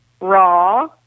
raw